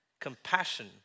compassion